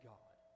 God